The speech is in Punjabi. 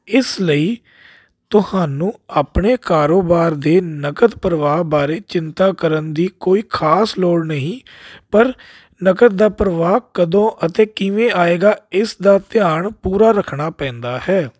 ਇਸ ਲਈ ਤੁਹਾਨੂੰ ਆਪਣੇ ਕਾਰੋਬਾਰ ਦੇ ਨਕਦ ਪਰਵਾਹ ਬਾਰੇ ਚਿੰਤਾ ਕਰਨ ਦੀ ਕੋਈ ਖ਼ਾਸ ਲੋੜ ਨਹੀਂ ਪਰ ਨਕਦ ਦਾ ਪ੍ਰਭਾਵ ਕਦੋਂ ਅਤੇ ਕਿਵੇਂ ਆਵੇਗਾ ਇਸ ਦਾ ਧਿਆਨ ਪੂਰਾ ਰੱਖਣਾ ਪੈਂਦਾ ਹੈ